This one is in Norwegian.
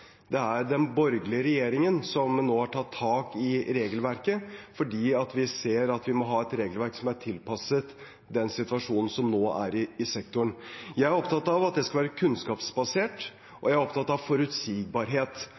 Det er den borgerlige regjeringen som nå har tatt tak i regelverket, fordi vi ser at vi må ha et regelverk som er tilpasset den situasjonen som nå er i sektoren. Jeg er opptatt av at det skal være kunnskapsbasert, og jeg er opptatt av forutsigbarhet